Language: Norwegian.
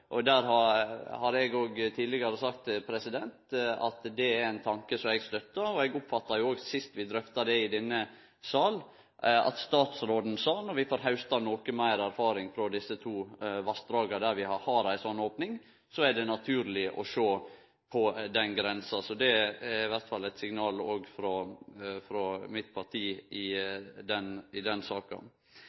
Eg har tidlegare sagt at det er ein tanke som eg støttar. Eg oppfatta jo òg sist vi drøfta det i denne salen, at statsråden sa at når vi får hausta noko meir erfaring frå desse to vassdraga der vi har ei sånn opning, er det naturleg å sjå på den grensa. Så det er iallfall eit signal òg frå mitt parti i den saka. Så er det igjen sånn at vi er samla her for å diskutere ei sak der saka